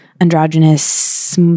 androgynous